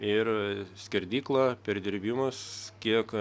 ir skerdyklą perdirbimas kiek